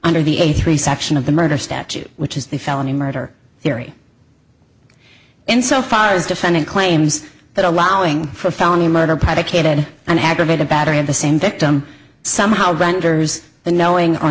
under the a three section of the murder statute which is the felony murder theory in so far as defendant claims that allowing for a felony murder predicated on aggravated battery of the same victim somehow renders the knowing or